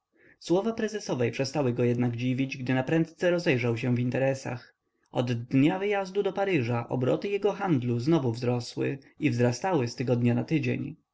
słowa prezesowej przestały go jednak dziwić gdy naprędce rozejrzał się w interesach od dnia wyjazdu do paryża obroty jego handlu znowu wzrosły i wzrastały z tygodnia na tydzień